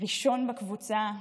ראשון בקבוצה,